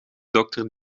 dokter